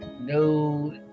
No